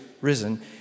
risen